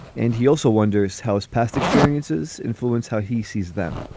and he also wonders how his past experiences influence how he sees them.